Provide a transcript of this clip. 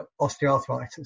osteoarthritis